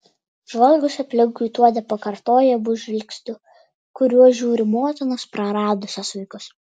žvalgosi aplinkui tuo nepakartojamu žvilgsniu kuriuo žiūri motinos praradusios vaikus